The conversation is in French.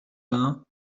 vingt